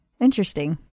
Interesting